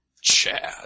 Chad